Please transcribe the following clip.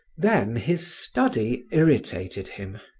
then his study irritated him.